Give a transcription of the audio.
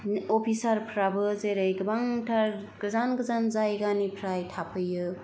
अफिसारफ्राबो जेरै गोबांथार गोजान गोजान जायगानिफ्राय थाफैयो